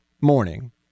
morning